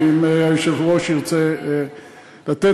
אם היושב-ראש ירצה לתת.